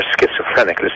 schizophrenic